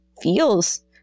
feels